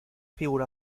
figura